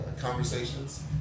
conversations